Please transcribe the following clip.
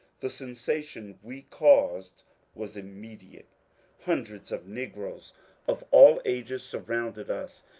the sensation we caused was immediate hundreds of negroes of all ages surrounded us,